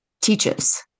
teaches